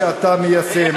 שאתה מיישם,